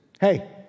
hey